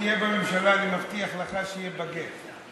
כשתהיה בממשלה אני מבטיח לך שיהיה באגט.